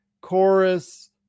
Chorus